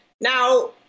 Now